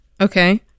Okay